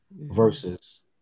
versus